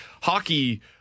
Hockey